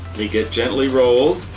they get gently rolled